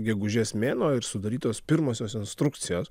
gegužės mėnuo ir sudarytos pirmosios instrukcijos